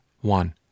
one